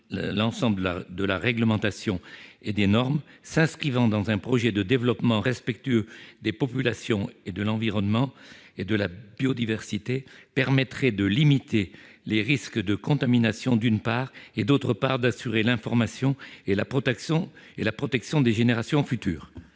l'ensemble de la réglementation et des normes, s'inscrivant dans un projet de développement respectueux des populations, de l'environnement et de la biodiversité, permettrait de limiter les risques de contamination, d'une part, et d'assurer l'information et la protection des générations futures,